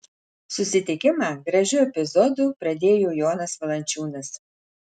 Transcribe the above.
susitikimą gražiu epizodu pradėjo jonas valančiūnas